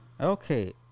Okay